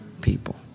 people